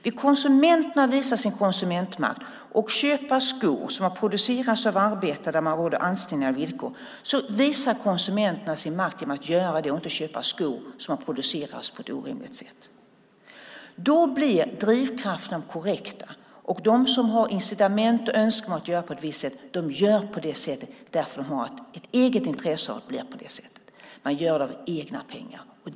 Vill konsumenterna visa sin konsumentmakt och köpa skor som producerats av arbetare där det är anständiga villkor visar konsumenterna sin makt genom att göra det och inte köpa skor som producerats på ett orimligt sätt. Då blir drivkraften den korrekta. De som har incitament för att, och som önskar göra, på ett visst sätt gör på det sättet därför att de har ett eget intresse av det. Man gör det med egna pengar.